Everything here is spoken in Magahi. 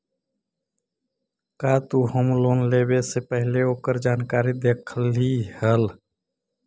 का तु होम लोन लेवे से पहिले ओकर जानकारी देखलही हल?